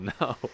no